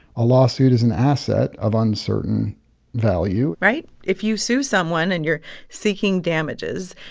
a lawsuit is an asset of uncertain value right? if you sue someone and you're seeking damages,